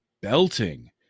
belting